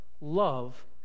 love